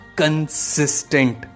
consistent